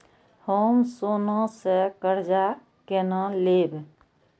हम सोना से कर्जा केना लैब?